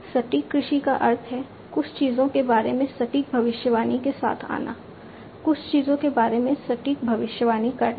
सटीक कृषि का अर्थ है कुछ चीजों के बारे में सटीक भविष्यवाणी के साथ आना कुछ चीजों के बारे में सटीक भविष्यवाणी करना